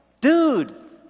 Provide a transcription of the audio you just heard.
Dude